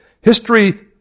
History